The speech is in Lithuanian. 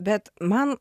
bet man